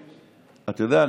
אתה יודע,